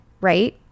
right